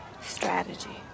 strategy